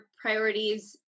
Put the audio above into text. priorities